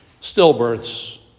stillbirths